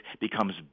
becomes